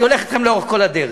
אני הולך אתכם לאורך כל הדרך.